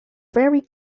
very